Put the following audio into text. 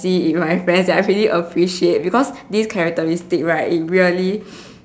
I see in my friends I really appreciate because this characteristics right it really